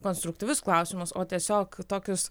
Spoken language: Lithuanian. konstruktyvius klausimus o tiesiog tokius